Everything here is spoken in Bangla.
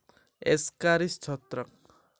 বার্লির হেডব্লাইট রোগের জন্য কোন ছত্রাক দায়ী?